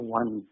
one